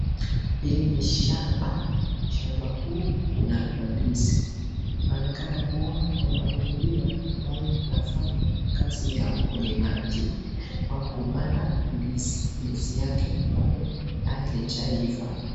Hili ni shamba shamba huu kuna mandizi, inaonekana kuwa mkulima ambaye anafanya kazi ukulimaji ya kupanda ndizi pado haliaivaa.